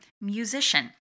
Musician